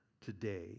today